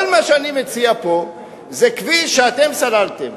כל מה שאני מציע פה זה: כביש שאתם סללתם,